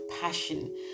passion